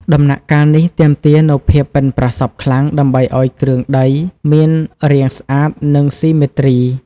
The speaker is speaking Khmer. ដំណាក់កាលនេះទាមទារនូវភាពប៉ិនប្រសប់ខ្លាំង ដើម្បីឲ្យគ្រឿងដីមានរាងស្អាតនិងស៊ីមេទ្រី។